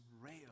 rail